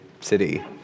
city